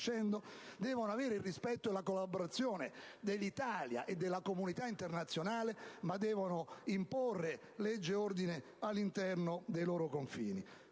nascendo devono avere il rispetto e la collaborazione dell'Italia e della comunità internazionale, ma devono anche imporre legge ed ordine all'interno dei loro confini.